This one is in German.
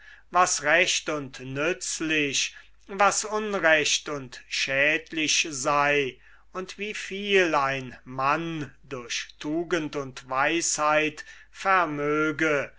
was recht und nützlich was unrecht und schädlich sei und wie viel ein mann durch tugend und weisheit vermöge